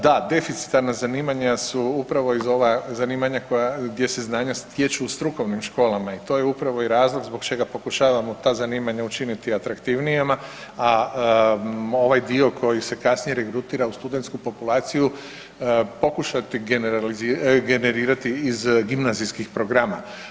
Da, deficitarna zanimanja su upravo ova zanimanja gdje se znanja stječu u strukovnim školama i to je upravo i razlog zbog čega pokušavamo ta zanimanja atraktivnijima, a ovaj dio koji se kasnije regrutira u studentsku populaciju, pokušati generirati iz gimnazijskih programa.